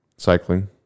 Cycling